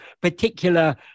particular